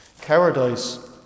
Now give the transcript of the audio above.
Cowardice